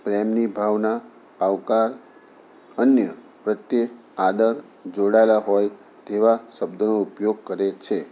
પ્રેમની ભાવના આવકાર અન્ય પ્રત્યે આદર જોડાયેલા હોય તેવા શબ્દોનો ઉપયોગ કરે છે